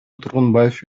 тургунбаев